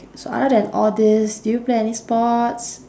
so other than all these do you play any sports